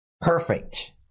Perfect